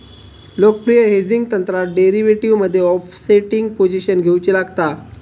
लोकप्रिय हेजिंग तंत्रात डेरीवेटीवमध्ये ओफसेटिंग पोझिशन घेउची लागता